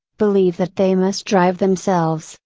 believe that they must drive themselves,